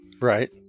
Right